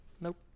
Nope